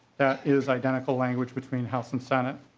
that is identical language between house and senate.